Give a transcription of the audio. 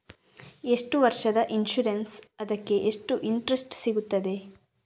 ಎಷ್ಟು ವರ್ಷದ ಇನ್ಸೂರೆನ್ಸ್ ಅದಕ್ಕೆ ಎಷ್ಟು ಇಂಟ್ರೆಸ್ಟ್ ಸಿಗುತ್ತದೆ?